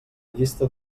llista